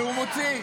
והוא מוציא,